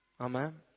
Amen